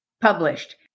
published